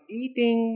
eating